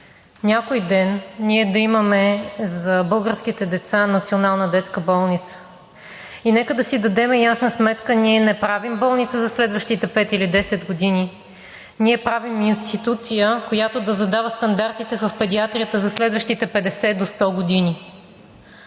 някой ден да имаме за българските деца Национална детска болница. Нека да си дадем ясна сметка – ние не правим болница за следващите пет или десет години, ние правим институция, която да задава стандартите в педиатрията за следващите 50 до 100 години.